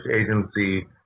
Agency